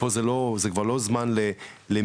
פה זה כבר לא זמן למילים,